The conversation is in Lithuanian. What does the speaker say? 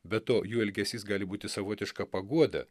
be to jų elgesys gali būti savotiška paguoda